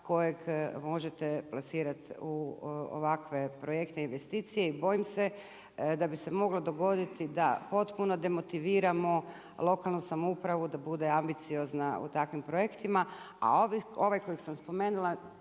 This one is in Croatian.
kojeg možete plasirati u ovakve projektne investicije. I bojim se da bi se moglo dogoditi da potpuno demotiviramo lokalnu samoupravu, da bude ambiciozna u takvim projektima a ovaj kojeg sam spomenula